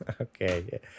Okay